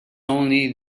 only